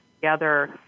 together